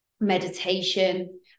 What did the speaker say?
meditation